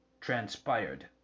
transpired